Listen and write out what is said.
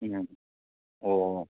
ꯎꯝ ꯑꯣ